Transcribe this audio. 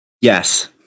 Yes